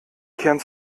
kern